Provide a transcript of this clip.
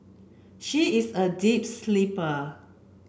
she is a deep sleeper